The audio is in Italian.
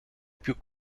più